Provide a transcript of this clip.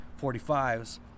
45s